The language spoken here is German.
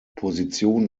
position